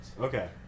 Okay